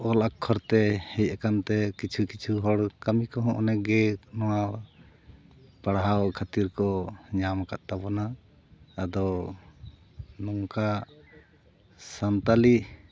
ᱚᱞ ᱟᱠᱠᱷᱚᱨᱛᱮ ᱦᱮᱡ ᱟᱠᱟᱱᱛᱮ ᱠᱤᱪᱷᱩ ᱠᱤᱪᱷᱩ ᱦᱚᱲ ᱠᱟᱹᱢᱤ ᱠᱚᱦᱚᱸ ᱚᱱᱮᱠᱜᱮ ᱱᱚᱣᱟ ᱯᱟᱲᱦᱟᱣ ᱠᱷᱟᱹᱛᱤᱨ ᱠᱚ ᱧᱟᱢ ᱟᱠᱟᱫ ᱛᱟᱵᱚᱱᱟ ᱟᱫᱚ ᱱᱚᱝᱠᱟ ᱥᱟᱱᱛᱟᱞᱤ